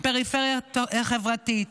פריפריה חברתית.